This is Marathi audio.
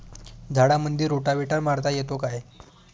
झाडामंदी रोटावेटर मारता येतो काय?